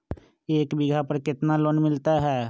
एक बीघा पर कितना लोन मिलता है?